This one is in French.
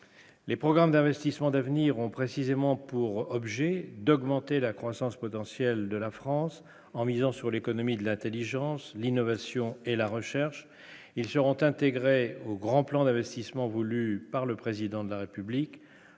Les programmes d'investissements d'avenir ont précisément pour objet d'augmenter la croissance potentielle de la France en misant sur l'économie de l'Intelligence, l'innovation et la recherche, ils seront intégrés au grand plan d'investissement voulue par le président de la République